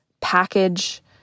package